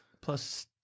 Plus